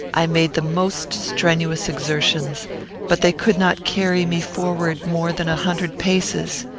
i made the most strenuous exertions but they could not carry me forward more than a hundred paces.